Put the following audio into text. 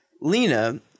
Lena